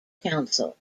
council